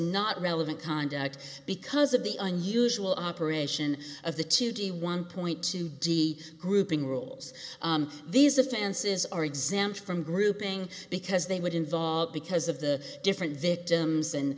not relevant conduct because of the unusual operation of the two d one point two d grouping rules these offenses are exempt from grouping because they would involve because of the different victims